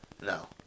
no